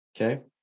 okay